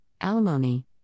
alimony